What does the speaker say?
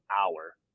hour